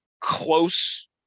close